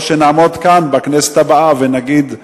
או שנעמוד כאן בכנסת הבאה ונגיד: